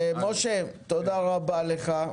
משה, תודה רבה לך.